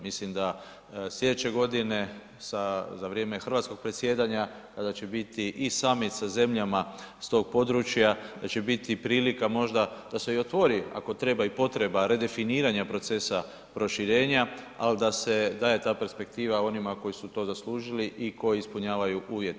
Mislim da sljedeće godine za vrijeme hrvatskog predsjedanja da će biti i summit sa zemljama s tog područja, da će biti prilika možda da se otvori ako treba i potreba redefiniranja procesa proširenja, ali da je ta perspektiva onima koji su to zaslužili i koji ispunjavaju uvjete.